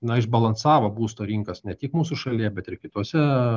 na išbalansavo būsto rinkas ne tik mūsų šalyje bet ir kitose